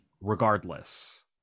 Regardless